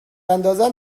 اندازان